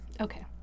Okay